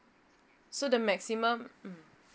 so the maximum mm